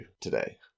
today